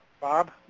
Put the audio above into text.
Bob